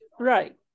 right